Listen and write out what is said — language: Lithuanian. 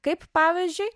kaip pavyzdžiui